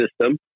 system